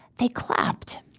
they clapped.